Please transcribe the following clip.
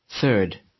third